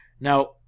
Now